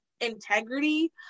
integrity